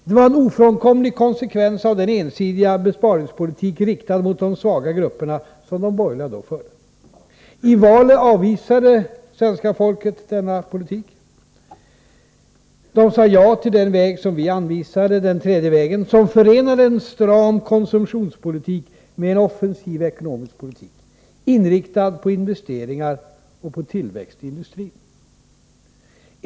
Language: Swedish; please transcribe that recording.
Det var en ofrånkomlig konsekvens av den ensidiga besparingspolitik riktad mot de svaga grupperna som de borgerliga då förde. I valet avvisade svenska folket denna politik. Det sade ja till den väg som vi anvisade: den tredje vägen, som förenade en stram konsumtionspolitik med en offensiv ekonomisk politik inriktad på investeringar och tillväxt i industrin.